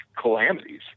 calamities